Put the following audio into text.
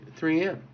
3M